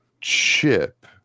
Chip